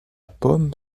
pomme